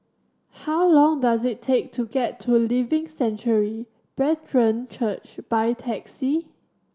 how long does it take to get to Living Sanctuary Brethren Church by taxi